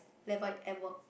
level at work